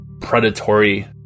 predatory